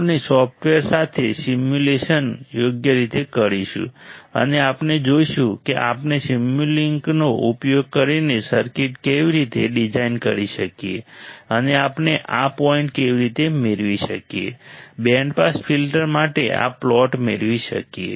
આપણે સૉફ્ટવેર સાથે સિમ્યુલેશન યોગ્ય રીતે કરીશું અને આપણે જોઈશું કે આપણે સિમ્યુલિંકનો ઉપયોગ કરીને સર્કિટ કેવી રીતે ડિઝાઇન કરી શકીએ અને આપણે આ પોઇન્ટ કેવી રીતે મેળવી શકીએ બેન્ડ પાસ ફિલ્ટર માટે આ પ્લોટ મેળવી શકીએ